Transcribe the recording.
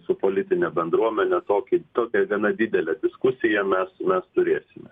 su politine bendruomene tokį tokią gana didelę diskusiją mes mes turėsime